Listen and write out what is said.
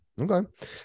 Okay